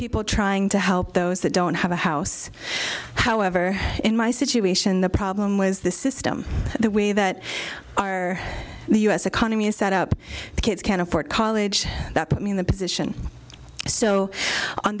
people trying to help those that don't have a house however in my situation the problem was the system the way that our the us economy is that up the kids can't afford college that put me in the position so on